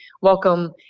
welcome